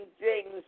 James